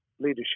leadership